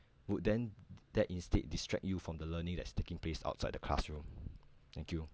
would then that instead distract you from the learning that's taking place outside the classroom thank you